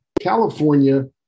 California